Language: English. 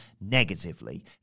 negatively